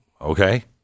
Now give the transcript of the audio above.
okay